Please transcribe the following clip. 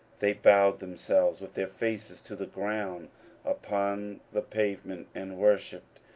they bowed themselves with their faces to the ground upon the pavement, and worshipped,